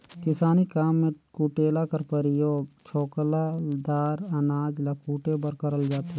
किसानी काम मे कुटेला कर परियोग छोकला दार अनाज ल कुटे बर करल जाथे